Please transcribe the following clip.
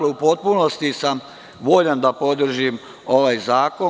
U potpunosti sam voljan da podržim ovaj zakon.